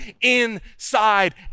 inside